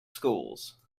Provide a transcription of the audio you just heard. schools